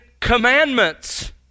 commandments